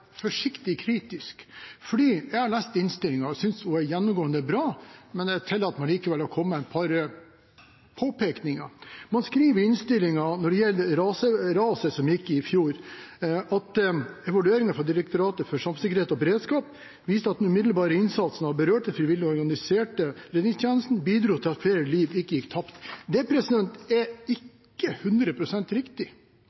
forsiktig kritisk, for jeg har lest innstillingen og synes den er gjennomgående bra, men jeg tillater meg allikevel å komme med et par påpekninger. Når det gjelder raset som gikk i fjor, skriver man i innstillingen at vurderingen fra Direktoratet for samfunnssikkerhet og beredskap «viser at den umiddelbare innsatsen av berørte, frivillige og den organiserte redningstjenesten bidro til at ikke flere liv gikk tapt.» Det er